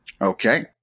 Okay